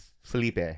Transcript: Felipe